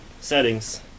settings